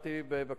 אזרח בארץ.